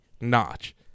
notch